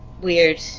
Weird